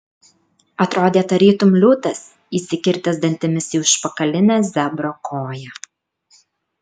atrodė tarytum liūtas įsikirtęs dantimis į užpakalinę zebro koją